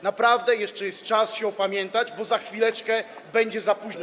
Naprawdę jeszcze jest czas się opamiętać, bo za chwileczkę będzie za późno.